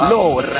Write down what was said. Lord